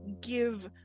give